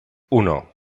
uno